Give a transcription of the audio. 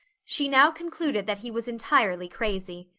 she now concluded that he was entirely crazy.